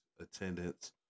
attendance